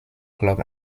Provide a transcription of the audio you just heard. club